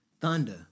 thunder